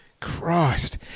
Christ